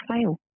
fail